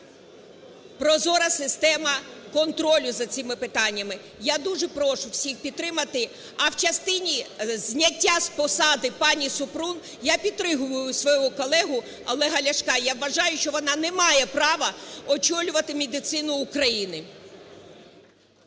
прозора система контролю за цими питаннями. Я дуже прошу всіх, підтримати. А в частині зняття з посади пані Супрун, я підтримую свого колегу Олега Ляшка. Я вважаю, що вона не має права очолювати медицину України.